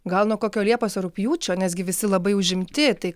gal nuo kokio liepos ar rugpjūčio nesgi visi labai užimti tai